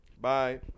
Bye